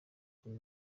kuri